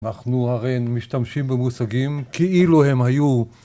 אנחנו הרי משתמשים במושגים כאילו הם היו..